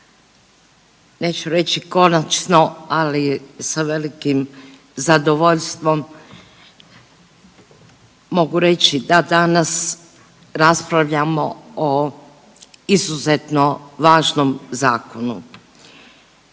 neću reći konačno, ali sa velikim zadovoljstvom mogu reći da danas raspravljamo o izuzetno važnom zakonu.